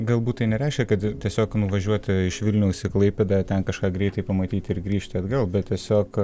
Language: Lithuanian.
galbūt tai nereiškia kad tiesiog nuvažiuoti iš vilniaus į klaipėdą ten kažką greitai pamatyti ir grįžti atgal bet tiesiog